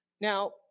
Now